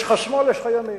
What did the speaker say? יש לך שמאל, יש לך ימין.